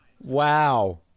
Wow